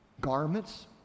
garments